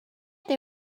they